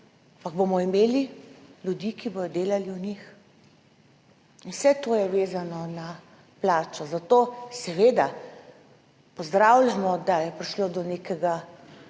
ali bomo imeli ljudi, ki bodo delali v njih? In vse to je vezano na plačo. Zato seveda pozdravljamo, da je prišlo do nekega